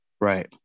right